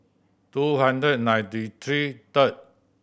two hundred and ninety three third